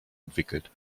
entwickelt